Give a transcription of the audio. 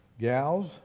gals